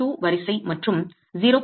2 வரிசை மற்றும் 0